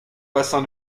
bassin